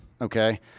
Okay